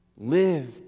Live